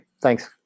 thanks